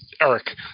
Eric